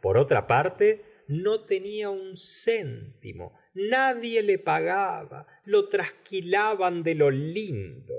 por otra parte no tenia un céntimo nadie le pagaba lo trasquilaban de lo lindo